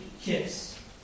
Kiss